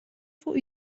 fuq